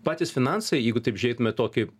patys finansai jeigu taip žiūrėtume tokį